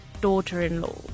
daughter-in-law